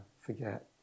forget